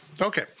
Okay